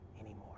anymore